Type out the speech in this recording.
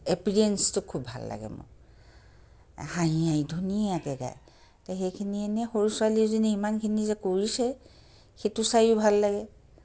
এপিৰিয়েঞ্চটো খুব ভাল লাগে মোৰ এই হাঁহি হাঁহি ধুনীয়াকৈ গায় তো সেইখিনি এনেই সৰু ছোৱালীজনী ইমানখিনি যে কৰিছে সেইটো চায়ো ভাল লাগে